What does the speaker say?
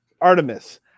Artemis